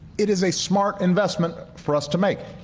it is a smart investment for us to make.